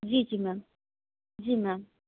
जी जी मैम जी मैम